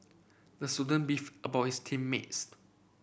the student beefed about his team mates